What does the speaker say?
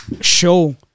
show